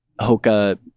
Hoka